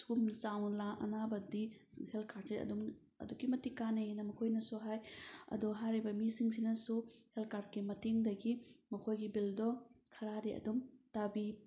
ꯁꯨꯒꯨꯝꯕ ꯆꯥꯎꯅ ꯑꯅꯥꯕꯗꯤ ꯍꯦꯜꯊ ꯀꯥꯔꯗꯁꯦ ꯑꯗꯨꯝ ꯑꯗꯨꯛꯀꯤ ꯃꯇꯤꯛ ꯀꯥꯅꯩ ꯑꯅ ꯃꯈꯣꯏꯅꯁꯨ ꯍꯥꯏ ꯑꯗꯣ ꯍꯥꯏꯔꯤꯕ ꯃꯤꯁꯤꯡꯁꯤꯅꯁꯨ ꯍꯦꯜꯊ ꯀꯥꯔꯗꯀꯤ ꯃꯇꯦꯡꯗꯒꯤ ꯃꯈꯣꯏꯒꯤ ꯕꯤꯜꯗꯣ ꯈꯔꯗꯤ ꯑꯗꯨꯝ ꯇꯥꯕꯤ